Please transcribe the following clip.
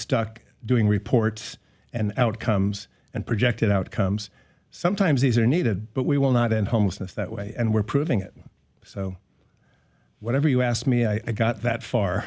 stuck doing report and outcomes and projected outcomes sometimes these are needed but we will not end homelessness that way and we're proving it so whatever you asked me i got that far